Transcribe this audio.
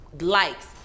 likes